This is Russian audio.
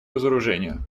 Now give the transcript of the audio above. разоружению